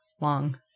long